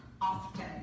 often